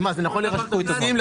ומה, זה נכון לדיון הזה?